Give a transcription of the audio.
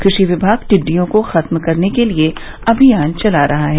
कृषि विभाग टिड़िडयों को खत्म करने के लिए अभियान चला रहा है